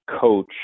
coach